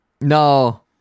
no